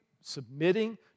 submitting